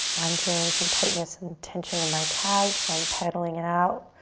i'm feeling some tightness and tension in my calves. i'm pedaling it out.